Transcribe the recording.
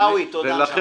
עיסאווי, תודה, נשמה.